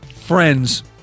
friends